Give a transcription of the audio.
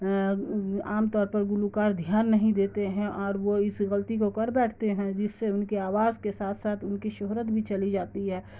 عام طور پر گلوکار دھیان نہیں دیتے ہیں اور وہ اس غلطی کو کر بیٹھتے ہیں جس سے ان کی آواز کے ساتھ ساتھ ان کی شہرت بھی چلی جاتی ہے